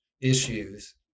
issues